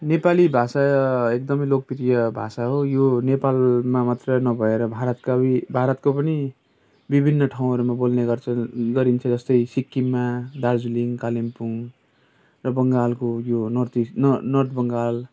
नेपाली भाषा एकदमै लोकप्रिय भाषा हो यो नेपालमा मात्रै नभएर भारतका पनि विभिन्न ठाउँहरूमा बोल्ने गर्छन् गरिन्छन् गरिन्थ्यो जस्तो सिक्किममा दार्जिलिङ कालिम्पोङ र बङ्गालको यो नर्थ इस्ट नर्थ बङ्गाल